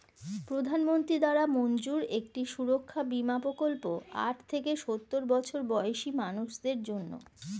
প্রধানমন্ত্রী দ্বারা মঞ্জুর একটি সুরক্ষা বীমা প্রকল্প আট থেকে সওর বছর বয়সী মানুষদের জন্যে